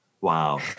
Wow